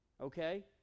Okay